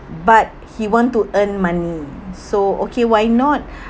but he want to earn money so okay why not